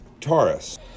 Taurus